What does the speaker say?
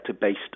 based